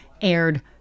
aired